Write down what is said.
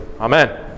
Amen